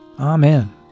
Amen